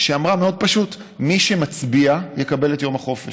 שאמרה דבר מאוד פשוט: מי שמצביע יקבל את יום החופש.